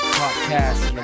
podcast